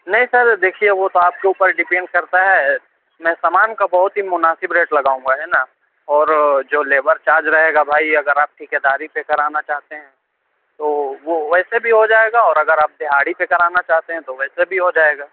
نہیں سر دیکھیے وہ تو آپ کے اوپر ڈپینڈ کرتا ہے میں سامان کا بہت ہی مناسب ریٹ لگاؤں گا ہے نا اور جو لیبر چارج رہے گا بھائی اگر آپ ٹھیکے داری سے کرانا چاہتے ہیں تو وہ ویسے بھی ہو جائے گا اور اگر آپ دہاڑی پہ کرانا چاہتے ہیں تو ویسے بھی ہو جائے گا